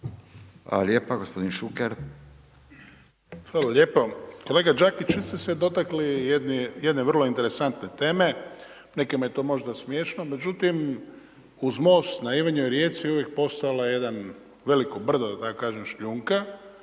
Hvala lijepo, gospodin Šuker. **Šuker, Ivan (HDZ)** Hvala lijepo. Kolega Đakić, vi ste se dotakli, jedne vrlo interesantne teme, nekima je to možda smješno, međutim, uz most na Evinoj rijeci je uvijek postalo veliko brdo, da